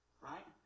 right